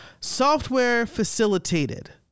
Software-facilitated